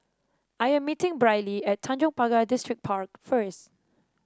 I am meeting Brylee at Tanjong Pagar Distripark first